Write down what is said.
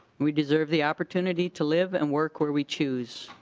we deserve the opportunity to live and work were we choose.